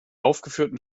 aufgeführten